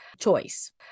choice